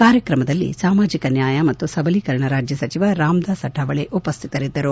ಕಾರ್ಯಕ್ರಮದಲ್ಲಿ ಸಾಮಾಜಿಕ ನ್ಲಾಯ ಮತ್ತು ಸಬಲೀಕರಣ ರಾಜ್ಯ ಸಚಿವ ರಾಮ್ದಾಸ್ ಅಠಾವಳೆ ಉಪಸ್ಥಿತರಿದ್ದರು